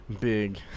big